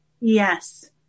Yes